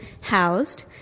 housed